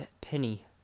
penny